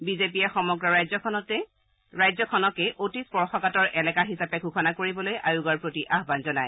বিজেপিয়ে সমগ্ৰ ৰাজ্যখনকে অতি স্পৰ্শকাতৰ এলেকা হিচাপে ঘোষণা কৰিবলৈ আয়োগৰ প্ৰতি আহান জনায়